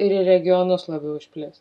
ir į regionus labiau išplis